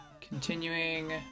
continuing